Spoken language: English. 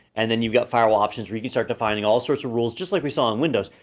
and then you've got firewall options where you can start defining all sorts of rules, just like we saw on windows.